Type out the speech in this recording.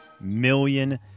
million